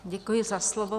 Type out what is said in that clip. Děkuji za slovo.